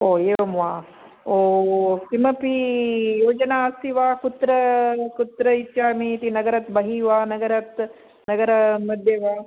ओ एवं वा ओ किमपि योजना अस्ति वा कुत्र कुत्र इच्छामि इति नगरात् बहिः वा नगरात् नगरमध्ये वा